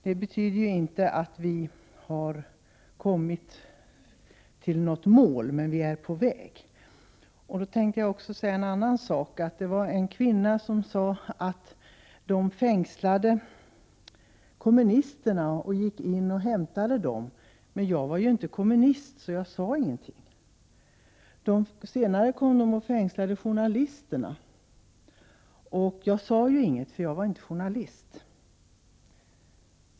Det betyder inte att vi har kommit till något mål, men vi är på väg. En kvinna berättade att kommunisterna fängslades och blev hämtade. Men jag var inte kommunist, så jag sade ingenting. Sedan blev journalisterna fängslade. Jag sade inget, för jag var inte journalist.